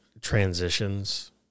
transitions